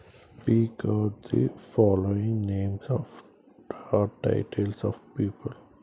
speak out the following names of the titles of people